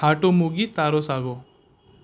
auto موگی تارو ساگو